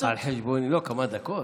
לא כמה דקות.